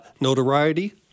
notoriety